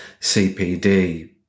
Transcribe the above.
CPD